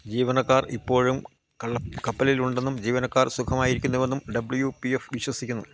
ജീവനക്കാർ ഇപ്പോഴും കള്ളം കപ്പലിൽ ഉണ്ടെന്നും ജീവനക്കാർ സുഖമായിരിക്കുന്നുവെന്നും ഡബ്ല്യു പി എഫ് വിശ്വസിക്കുന്നു